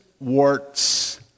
warts